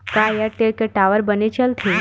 का एयरटेल के टावर बने चलथे?